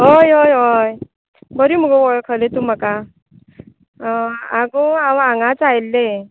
अयअयअय बरें मुगो वळखलें तूं म्हाका अह आगो हांव हांगांच आयिल्लें